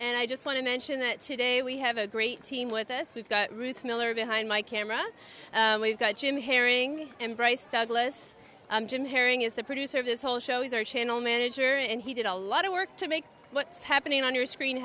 and i just want to mention that today we have a great team with us we've got ruth miller behind my camera we've got jim herring and bryce douglas i'm jim herring is the producer of this whole show he's our channel manager and he did a lot of work to make what's happening on your screen